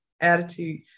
attitude